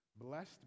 blessed